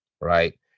Right